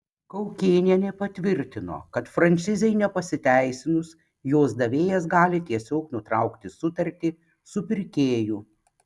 kaukėnienė patvirtino kad franšizei nepasiteisinus jos davėjas gali tiesiog nutraukti sutartį su pirkėju